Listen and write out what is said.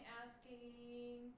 asking